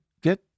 get